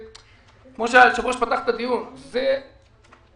כמו שהיושב ראש פתח את הדיון, זה קריטי.